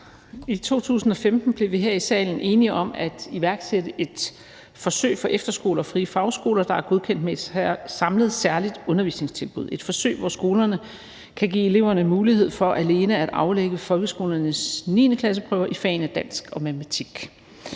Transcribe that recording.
I 2015 blev vi her i salen enige om at iværksætte et forsøg for efterskoler og frie fagskoler, der er godkendt med et samlet særligt undervisningstilbud – et forsøg, hvor skolerne kan give eleverne mulighed for alene at aflægge folkeskolernes 9.-klasseprøver i fagene dansk og matematik.